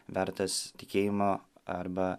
vertas tikėjimo arba